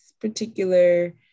particular